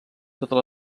totes